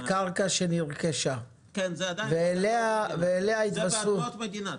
בקרקע שנרכשה, ועל זה יתווסף.